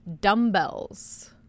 dumbbells